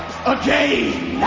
again